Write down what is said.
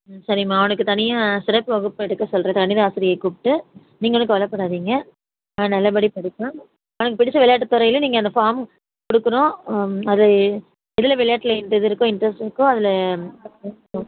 ம் சரிம்மா அவனுக்கு தனியாக சிறப்பு வகுப்பு எடுக்க சொல்கிறேன் கணித ஆசிரியை கூப்பிட்டு நீங்கள் ஒன்றும் கவலைப்படாதிங்க அவன் நல்லபடி படிப்பான் அவனுக்கு பிடித்த விளையாட்டு துறையில நீங்கள் அந்த ஃபார்ம் கொடுக்கணும் அது எதில் விளையாட்டில இன்ட்டு இது இருக்கோ இன்ட்ரெஸ்ட் இருக்கோ அதில்